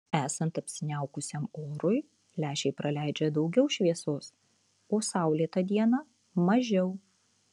esant apsiniaukusiam orui lęšiai praleidžia daugiau šviesos o saulėtą dieną mažiau